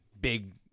Big